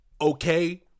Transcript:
Okay